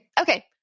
Okay